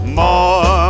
more